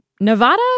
Nevada